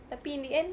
tapi in the end